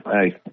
hey